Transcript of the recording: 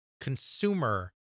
consumer